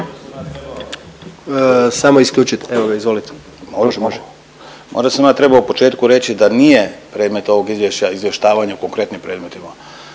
Samo isključite, evo izvolite. **Turudić, Ivan** Može, može. Možda sam ja trebao u početku reći da nije predmet ovog izvješća izvještavanje o konkretnim predmetima.